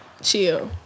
chill